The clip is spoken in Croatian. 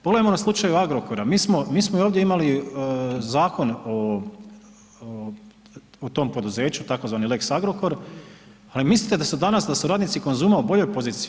Pogledajmo na slučaju Agrokora, mi smo i ovdje imali zakone o tom poduzeću tzv. lex Agrokor, ali mislite da su danas, da su radnici Konzuma u boljoj poziciji?